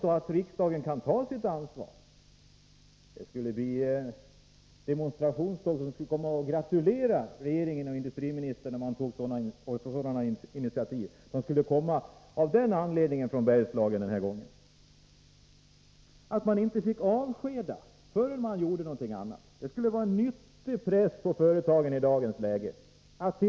Ett sådant initiativ från industriministern skulle ge anledning till demonstrationståg från Bergslagen för att gratulera honom. Ett krav på att man inte fick avskeda folk förrän man hade prövat andra utvägar skulle vara en nyttig press på företagen i dagens läge.